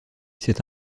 c’est